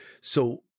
So-